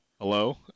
hello